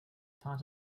part